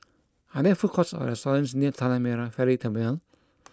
are there food courts or restaurants near Tanah Merah Ferry Terminal